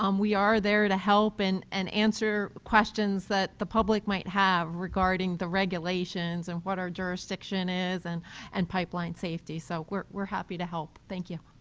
um we are there to help and and answer questions that the public might have regarding the regulations and our jurisdiction is and and pipeline safety. so we're we're happy to help. thank you.